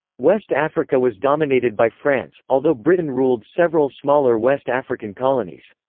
west africa was dominated by france, although britain ruled several smaller west african colonies.